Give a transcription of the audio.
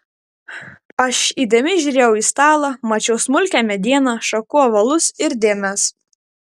aš įdėmiai žiūrėjau į stalą mačiau smulkią medieną šakų ovalus ir dėmes